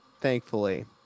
thankfully